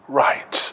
right